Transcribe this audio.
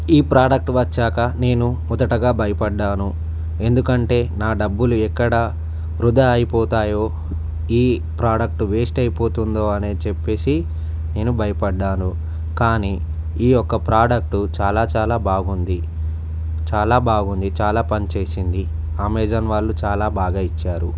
ఈ ప్రోడక్ట్ వచ్చాక నేను మొదటగా భయపడ్డాను ఎందుకంటే నా డబ్బులు ఎక్కడ వృధా అయిపోతాయో ఈ ప్రోడక్ట్ వేస్ట్ అయిపోతుందో అని చెప్పేసి నేను భయపడ్డాను కానీ ఈ ఒక ప్రోడక్ట్ చాలా చాలా బాగుంది చాలా బాగుంది చాలా పనిచేసింది అమెజాన్ వాళ్లు చాలా బాగా ఇచ్చారు